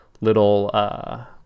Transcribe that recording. little